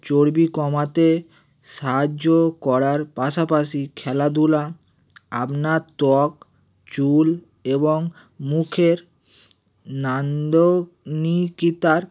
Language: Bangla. চর্বি কমাতে সাহায্য করার পাশাপাশি খেলাধূলা আপনার ত্বক চুল এবং মুখের নান্দনিকতার